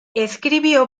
escribió